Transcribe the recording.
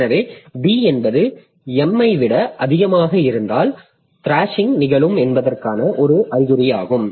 எனவே D என்பது M ஐ விட அதிகமாக இருந்தால் த்ராஷிங் நிகழும் என்பதற்கான ஒரு அறிகுறியாகும்